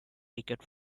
ticket